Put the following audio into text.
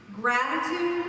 Gratitude